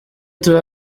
tube